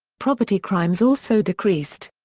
property crimes also decreased.